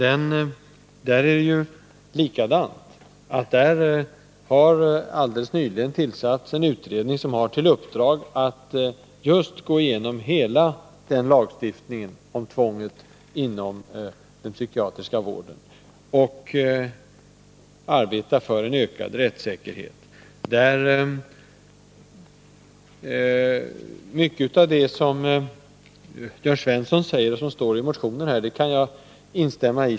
Alldeles nyligen har en utredning tillsatts som just har till uppgift att gå igenom hela lagstiftningen om tvång inom den psykiatriska vården och arbeta för ökad rättssäkerhet. Mycket av det som Jörn Svensson här säger, och av det som står i motionen, kan jag instämma i.